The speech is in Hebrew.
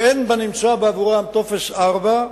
שאין בנמצא בעבורם טופס 4,